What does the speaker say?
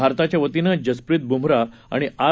भारताच्यावतीनंजसप्रितब्मराहआणिआर